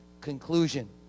Conclusion